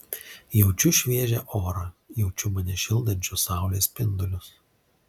jaučiu šviežią orą jaučiu mane šildančius saulės spindulius